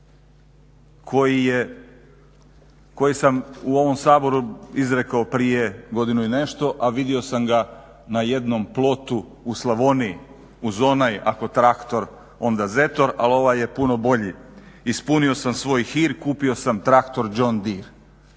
koji sam u ovom Saboru izrekao prije godinu i nešto a vidio sam ga na jednom plotu u Slavoniji uz onaj ako traktor onda Zetor ali ovaj je puno bolji, ispunio sam svoj hir, kupio sam traktor Jondir.